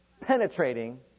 penetrating